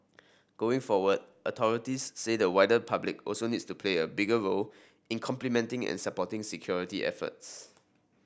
going forward authorities say the wider public also needs to play a bigger role in complementing and supporting security efforts